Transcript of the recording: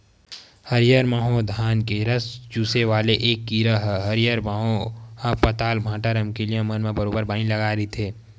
हरियर माहो धान के रस चूसे वाले ऐ कीरा ह हरियर माहो ह पताल, भांटा, रमकरिया मन म बरोबर बानी लगाय रहिथे